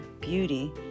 Beauty